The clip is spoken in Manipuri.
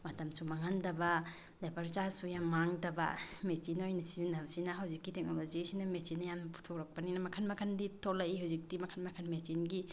ꯃꯇꯝꯁꯨ ꯃꯥꯡꯍꯟꯗꯕ ꯂꯦꯕꯔ ꯆꯥꯔꯖꯁꯨ ꯌꯥꯝ ꯃꯥꯡꯗꯕ ꯃꯦꯆꯤꯟꯅ ꯑꯣꯏꯅ ꯁꯤꯖꯤꯟꯅꯕꯁꯤꯅ ꯍꯧꯖꯤꯛꯀꯤ ꯇꯦꯛꯅꯣꯂꯣꯖꯤꯁꯤꯅ ꯃꯦꯆꯤꯟ ꯌꯥꯝ ꯄꯨꯊꯣꯔꯛꯄꯅꯤꯅ ꯃꯈꯜ ꯃꯈꯜꯗꯤ ꯊꯣꯛꯂꯛꯏ ꯍꯧꯖꯤꯛꯇꯤ ꯃꯈꯜ ꯃꯈꯜ ꯃꯦꯆꯤꯟꯒꯤ